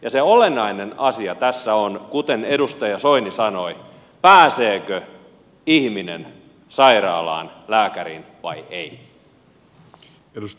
ja se olennainen asia tässä on kuten edustaja soini sanoi pääseekö ihminen sairaalaan lääkäriin vai ei